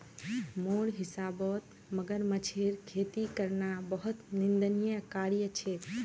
मोर हिसाबौत मगरमच्छेर खेती करना बहुत निंदनीय कार्य छेक